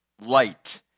light